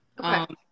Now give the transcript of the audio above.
Okay